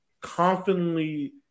confidently